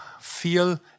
feel